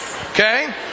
Okay